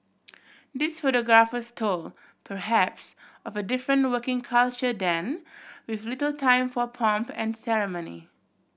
these photographs told perhaps of a different working culture then with little time for pomp and ceremony